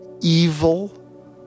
evil